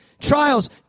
trials